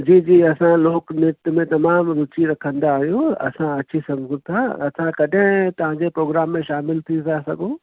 जी जी असां लोक नृत्य में तमामु रूची रखंदा आहियूं असां अची सघूं था असां कॾहिं तव्हां जे प्रोग्राम में शामिल थी था सघूं